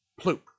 Ploop